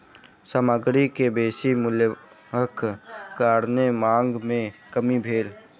सामग्री के बेसी मूल्यक कारणेँ मांग में कमी भेल